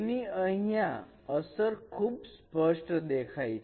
તેની અસર અહીંયાં ખૂબ જ સ્પષ્ટ દેખાય છે